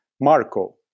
Marco